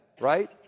right